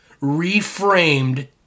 reframed